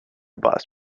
bus